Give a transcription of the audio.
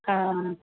हा